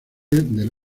del